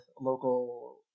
local